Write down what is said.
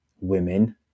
women